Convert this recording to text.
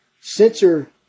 sensor